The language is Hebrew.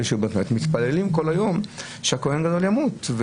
מתפללים כל היום שהכהן הגדול ימות.